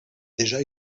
déjà